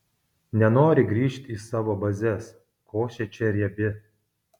nenori grįžt į savo bazes košė čia riebi